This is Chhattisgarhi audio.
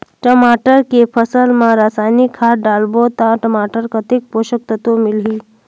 टमाटर के फसल मा रसायनिक खाद डालबो ता टमाटर कतेक पोषक तत्व मिलही?